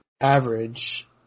average